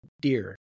dear